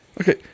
Okay